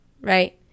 Right